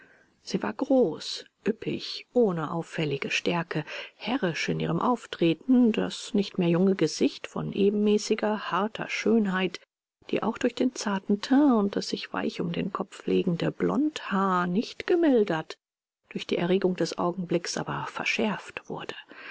sie war groß üppig ohne auffällige stärke herrisch in ihrem auftreten das nicht mehr junge gesicht von ebenmäßiger harter schönheit die auch durch den zarten teint und das sich weich um den kopf legende blondhaar nicht gemildert durch die erregung des augenblicks aber verschärft wurde